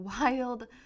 wild